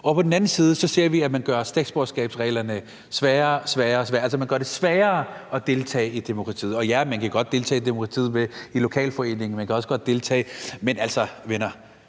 Men omvendt ser vi også, at man gør statsborgerskabsreglerne sværere og sværere, altså at man gør det sværere at deltage i demokratiet. Og ja, man kan godt deltage i demokratiet i lokalforeningen, men altså, venner,